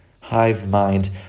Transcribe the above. hive-mind